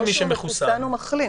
או מי שהוא מחוסן או מחלים,